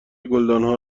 گلدانها